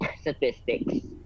statistics